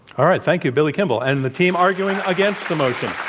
all right. thank you, billy kimball. and the team arguing against the motion.